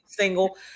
single